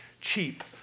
cheap